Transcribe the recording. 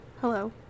hello